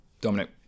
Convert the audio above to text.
Dominic